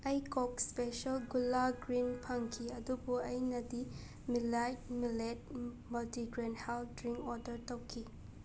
ꯑꯩ ꯀꯣꯛ ꯏꯁꯄꯦꯁꯦꯜ ꯒꯨꯂꯥ ꯒ꯭ꯔꯤꯟ ꯐꯪꯈꯤ ꯑꯗꯨꯕꯨ ꯑꯩꯅꯗꯤ millet millet multigrain health drink order ꯇꯧꯈꯤ